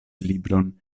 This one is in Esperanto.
libron